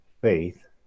faith